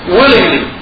willingly